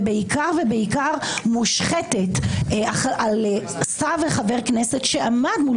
ובעיקר ובעיקר מושחתת על שר וחבר כנסת שעמד מול